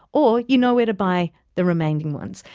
or you know where to buy the remaining ones.